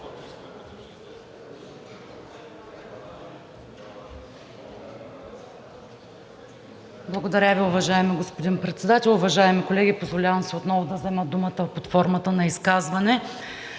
Благодаря Ви, уважаеми господин Председател. Уважаеми колеги, позволявам си отново да взема думата под формата на изказване.